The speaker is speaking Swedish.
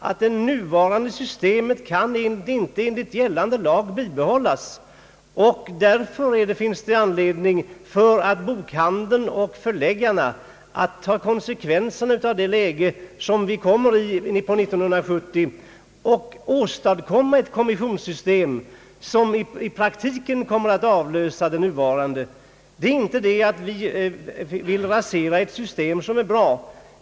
Det nuvarande systemet kan helt enkelt inte enligt gällande lag bibehållas. Därför finns det skäl för bokhandlarna och förläggarna att ta konsekvenserna av den situation vi träder in i 1970 och alltså åstadkomma ett kommissionssystem som i praktiken kommer att avlösa det som nu gäller. Vi vill inte rasera ett system som är bra.